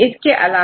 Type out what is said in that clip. इसके अलावा